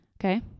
okay